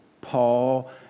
Paul